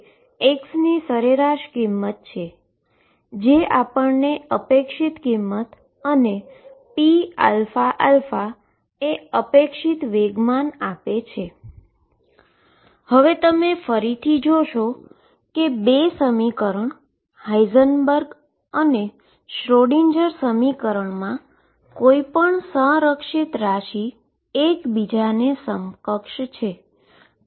જે આપણને expectation value અને pαα એ એક્સપેક્ટેશન મોમેન્ટમ આપે છે હવે તમે ફરીથી જોશો કે બે સમીકરણ હાઈઝનબર્ગ અને શ્રોડિંજર સમીકરણમાં કોઈપણ કન્ઝર્વડ ક્વોન્ટીટી એક્બીજા ને સમકક્ષ છે